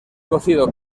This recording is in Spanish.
cocido